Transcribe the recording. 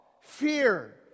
fear